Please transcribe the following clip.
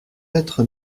être